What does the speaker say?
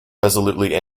resolutely